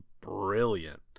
brilliant